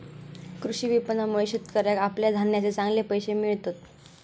कृषी विपणनामुळे शेतकऱ्याका आपल्या धान्याचे चांगले पैशे मिळतत